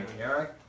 Eric